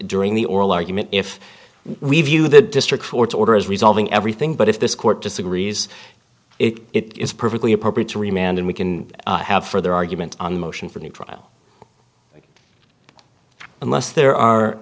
during the oral argument if we view the district court's order as resolving everything but if this court disagrees it is perfectly appropriate to remain and we can have further argument on motion for new trial unless there are